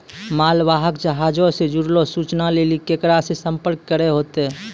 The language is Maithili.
मालवाहक जहाजो से जुड़लो सूचना लेली केकरा से संपर्क करै होतै?